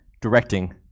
directing